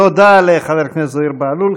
תודה לחבר הכנסת זוהיר בהלול.